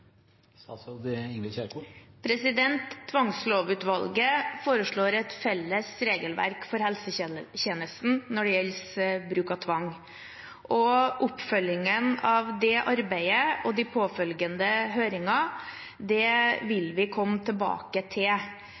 Tvangslovutvalget foreslår et felles regelverk for helsetjenesten når det gjelder bruk av tvang. Oppfølgingen av det arbeidet og de påfølgende høringer vil vi komme tilbake til.